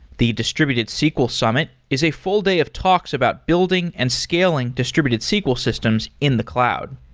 the distributed sql summit is a full day of talks about building and scaling distributed sql systems in the cloud.